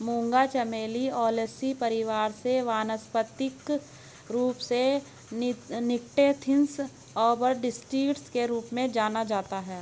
मूंगा चमेली ओलेसी परिवार से वानस्पतिक रूप से निक्टेन्थिस आर्बर ट्रिस्टिस के रूप में जाना जाता है